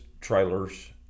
trailers